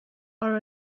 are